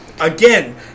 Again